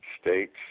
states